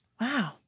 wow